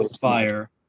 fire